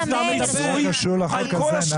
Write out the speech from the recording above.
נתי, זה לא קשור לחוק הזה.